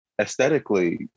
aesthetically